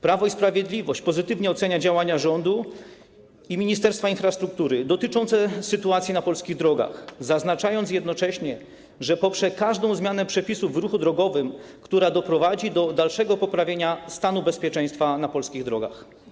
Prawo i Sprawiedliwość pozytywnie ocenia działania rządu i Ministerstwa Infrastruktury dotyczące sytuacji na polskich drogach, zaznaczając jednocześnie, że poprze każdą zmianę przepisów w ruchu drogowym, która doprowadzi do dalszego poprawienia stanu bezpieczeństwa na polskich drogach.